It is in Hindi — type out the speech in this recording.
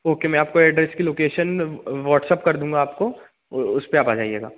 ओके मैं आपको एड्रेस की लोकेशन व्हाॅट्सप्प कर दूँगा आपको उसपे आप आ जाइएगा